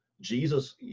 Jesus